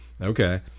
Okay